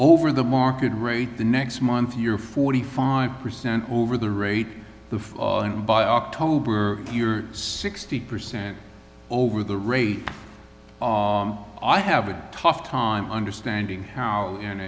over the market rate the next month you're forty five percent over the rate of and by october if you're sixty percent over the rate i have a tough time understanding how